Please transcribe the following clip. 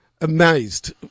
amazed